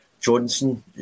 Johnson